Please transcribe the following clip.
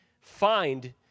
find